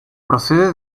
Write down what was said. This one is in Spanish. procede